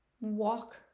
walk